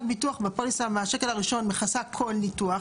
הביטוח בפוליסה מהשקל הראשון מכסה כל ניתוח,